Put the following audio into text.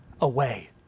away